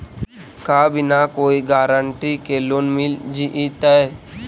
का बिना कोई गारंटी के लोन मिल जीईतै?